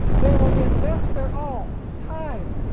they will invest their all time,